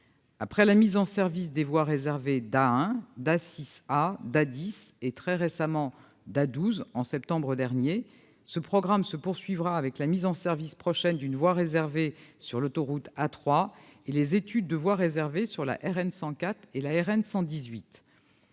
Après la mise en service de voies réservées sur l'A1, l'A6a, l'A10 et, très récemment- en septembre dernier -, sur l'A12, ce programme se poursuivra avec la mise en service prochaine d'une voie réservée sur l'autoroute A3 et avec l'étude de la faisabilité de voies réservées sur la RN104 et la RN118.